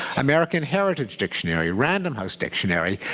american heritage dictionary, random house dictionary,